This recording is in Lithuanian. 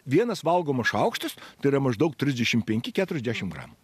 vienas valgomas šaukštas tai yra maždaug trisdešim penki keturiasdešim gramų